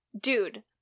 Dude